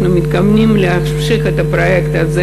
אנחנו מתכוונים להמשיך את הפרויקט הזה,